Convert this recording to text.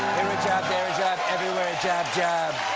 um a job, there a job everywhere a job, job